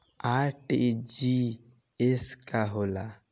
RTGS का होला?